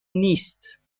نیست